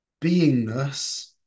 beingness